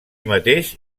mateix